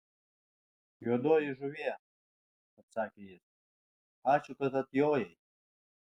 juodoji žuvie atsakė jis ačiū kad atjojai